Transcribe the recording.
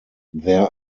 there